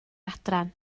adran